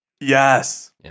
Yes